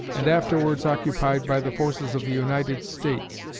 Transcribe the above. and afterwards occupied by the forces of the united states,